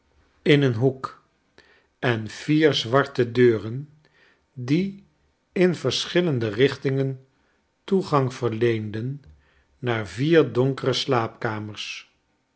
italie hoek en vier zwarte deuren die in verschillende richtingen toegang verleenden naar vier donkere slaapkamers